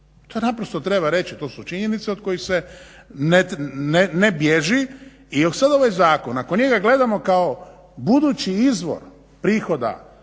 To naprosto treba reći i to su činjenice od kojih se ne bježi. Jer sada ovaj zakon ako njega gledamo kao budući izvor prihoda